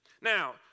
now